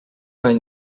any